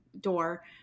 door